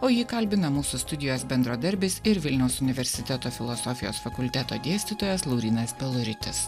o jį kalbina mūsų studijos bendradarbis ir vilniaus universiteto filosofijos fakulteto dėstytojas laurynas peluritis